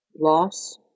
loss